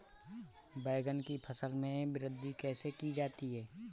बैंगन की फसल में वृद्धि कैसे की जाती है?